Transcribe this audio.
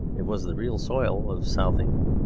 it was the real soil of south england.